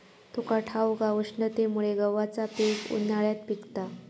तुका ठाऊक हा, उष्णतेमुळे गव्हाचा पीक उन्हाळ्यात पिकता